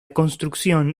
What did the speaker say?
construcción